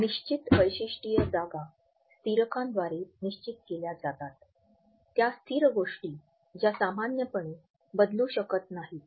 निश्चित वैशिष्ट्यीय जागा स्थिरांकांद्वारे निश्चित केल्या जातात त्या स्थिर गोष्टी ज्या सामान्यपणे बदलू शकत नाहीत